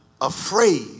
afraid